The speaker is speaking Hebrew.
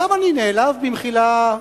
גם אני נעלב, במחילה,